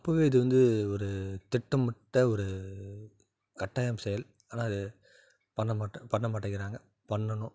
அப்போவே இது வந்து ஒரு திட்டமிட்ட ஒரு கட்டாயம் செயல் ஆனால் இது பண்ணமாட்டன் பண்ணமாட்டேங்கிறாங்க பண்ணணும்